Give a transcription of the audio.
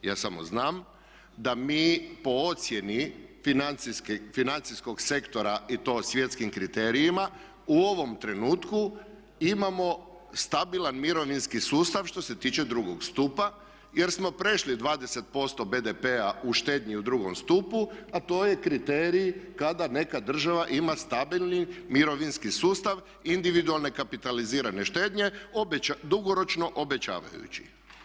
Ja samo znam da mi po ocjeni financijskog sektora i to o svjetskim kriterijima u ovom trenutku imamo stabilan mirovinski sustav što se tiče drugog stupa jer smo prešli 20% BDP-a u štednji u drugom stupu a to je kriterij kada neka država ima stabilni mirovinski sustav, individualne kapitalizirane štednje, dugoročno obećavajući.